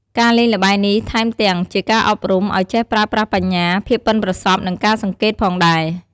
ការលេងល្បែងនេះថែមទាំង ជាការអប់រំ ឲ្យចេះប្រើប្រាស់បញ្ញា ភាពប៉ិនប្រសប់ និងការសង្កេតផងដែរ។